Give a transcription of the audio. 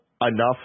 enough